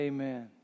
Amen